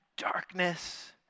Darkness